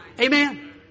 Amen